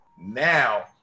Now